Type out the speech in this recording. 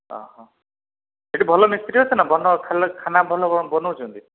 ସେଠି ଭଲ ମିସ୍ତ୍ରୀ ଅଛନ୍ତି ନା ଭଲ ଖାନା ଭଲ ବନଉଛନ୍ତି